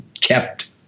kept